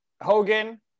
Hogan